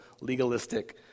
legalistic